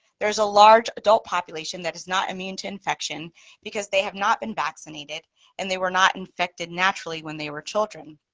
there's a large adult population that is not immune to infection because they have not been vaccinated and they were not infected naturally when they were children.